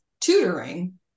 tutoring